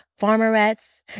farmerettes